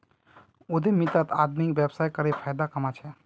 उद्यमितात आदमी व्यवसाय करे फायदा कमा छे